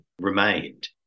remained